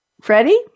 Freddie